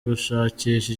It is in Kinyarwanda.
gushakisha